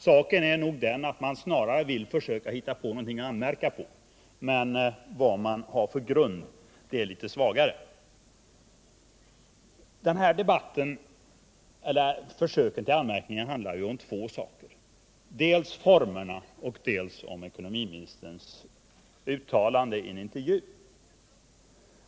Saken är nog den att man velat försöka hitta någonting att anmärka på, även om grunden för anmärkningarna varit i svagaste laget. Det här försöket att komma med anmärkningar handlar om två saker, dels om formerna, dels om ekonomiministerns uttalande i en intervju.